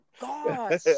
God